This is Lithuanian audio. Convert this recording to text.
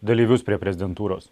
dalyvius prie prezidentūros